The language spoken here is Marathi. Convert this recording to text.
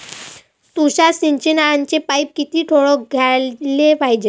तुषार सिंचनाचे पाइप किती ठोकळ घ्याले पायजे?